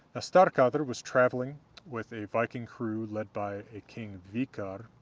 ah starkadr was traveling with a viking crew led by a king vikarr,